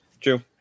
True